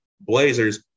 Blazers